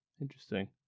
interesting